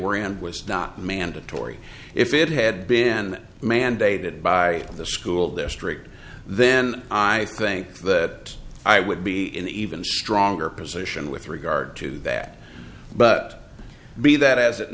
were and was not mandatory if it had been mandated by the school district then i think that i would be in even stronger position with regard to that but be that as it